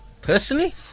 Personally